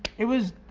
it was,